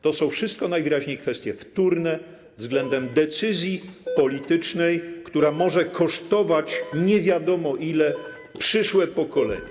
To są wszystko najwyraźniej kwestie wtórne względem decyzji politycznej, która może kosztować nie wiadomo ile przyszłe pokolenia.